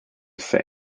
for